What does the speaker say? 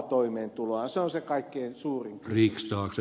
se on se kaikkein suurin kysymys